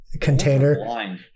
container